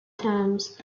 terms